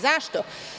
Zašto?